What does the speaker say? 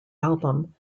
album